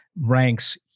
ranks